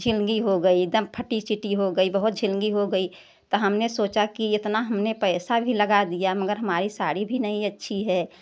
झिंगी हो गई एकदम फटी चिटी हो गई बहुत झिंगी हो गई तो हमने सोचा कि इतना हमने इतना हमने पैसा भी लगा दिया मगर हमारी साड़ी भी नहीं अच्छी है